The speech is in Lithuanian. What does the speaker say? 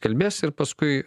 kalbės ir paskui